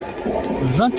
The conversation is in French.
vingt